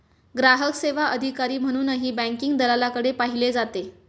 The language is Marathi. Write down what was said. ग्राहक सेवा अधिकारी म्हणूनही बँकिंग दलालाकडे पाहिले जाते